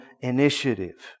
initiative